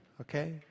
Okay